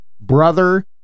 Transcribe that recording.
brother